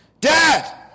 Dad